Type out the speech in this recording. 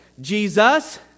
jesus